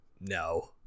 no